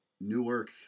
Newark